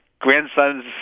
Grandsons